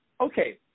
Okay